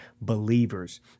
believers